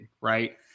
right